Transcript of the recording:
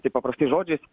tai paprastais žodžiais